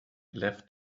left